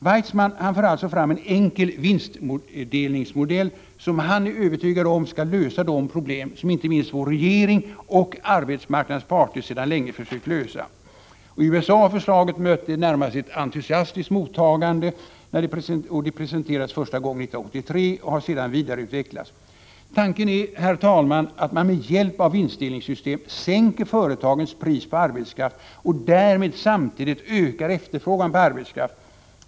Weitzman för alltså fram en enkel vinstdelningsmodell, som han är övertygad om skall lösa de problem som inte minst vår regering och arbetsmarknadens parter sedan länge försökt lösa. I USA har förslaget mött ett närmast entusiastiskt mottagande. Det presenterades första gången 1983 och har sedan vidareutvecklats. Tanken är, herr talman, att man med hjälp av vinstdelningssystem sänker företagens pris på arbetskraft och därmed samtidigt ökar efterfrågan på arbetskraft.